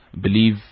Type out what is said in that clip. believe